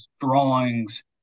drawings